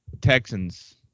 texans